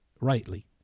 rightly